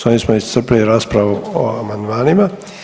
S ovim smo iscrpili raspravu o amandmanima.